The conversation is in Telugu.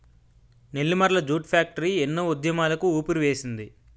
నెల్లిమర్ల జూట్ ఫ్యాక్టరీ ఎన్నో ఉద్యమాలకు ఊపిరివేసింది